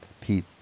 Pete